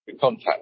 contact